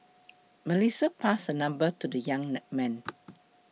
Melissa passed her number to the young man